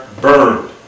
burned